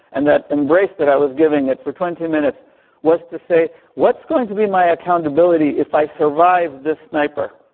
and that embrace that i was giving it for twenty minutes was to say, what's going to be my accountability if i survive this sniper?